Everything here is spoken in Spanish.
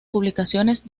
publicaciones